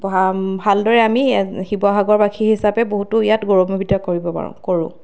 পহা ভালদৰে আমি শিৱসাগৰবাসী হিচাপে বহুতো ইয়াত গৌৰৱান্বিত কৰিব পাৰোঁ কৰোঁ